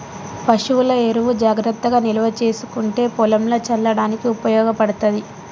పశువుల ఎరువు జాగ్రత్తగా నిల్వ చేసుకుంటే పొలంల చల్లడానికి ఉపయోగపడ్తది